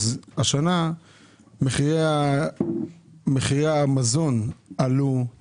השנה מחירי המזון עלו,